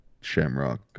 shamrock